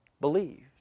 believed